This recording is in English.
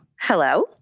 Hello